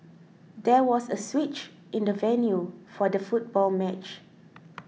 there was a switch in the venue for the football match